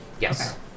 Yes